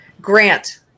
Grant